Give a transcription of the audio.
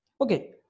Okay